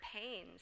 pains